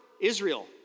Israel